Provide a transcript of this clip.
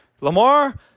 Lamar